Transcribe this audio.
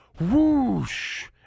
whoosh